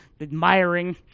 admiring